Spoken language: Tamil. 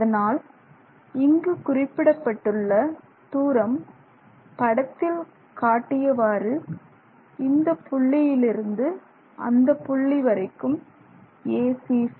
அதனால் இங்கு குறிப்பிடப்பட்டுள்ள தூரம் படத்தில் காட்டியவாறு இந்த புள்ளியிலிருந்து அந்த புள்ளி வரைக்கும் acc